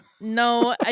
No